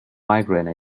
migraine